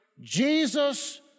Jesus